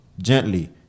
Gently